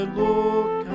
look